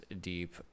deep